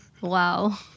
Wow